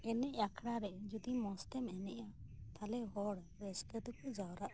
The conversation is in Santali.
ᱮᱱᱮᱡ ᱟᱠᱷᱲᱟ ᱨᱮ ᱡᱩᱫᱤ ᱢᱚᱸᱡᱽ ᱛᱮᱢ ᱮᱱᱮᱡᱼᱟ ᱛᱟᱦᱞᱮ ᱦᱚᱲ ᱨᱟᱹᱥᱠᱟᱹ ᱛᱮᱠᱚ ᱡᱟᱣᱨᱟᱜᱼᱟ